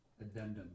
addendum